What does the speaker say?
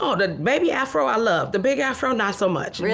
ah the baby afro i loved. the big afro, not so much.